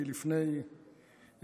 שהיא לפני פיצוץ,